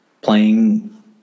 playing